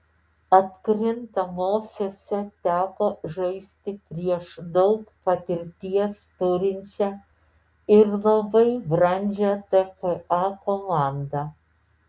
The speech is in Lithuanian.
atkrintamosiose teko žaisti prieš daug patirties turinčią ir labai brandžią tpa komandą